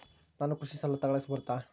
ನಾನು ಕೃಷಿ ಸಾಲ ತಗಳಕ ಬರುತ್ತಾ?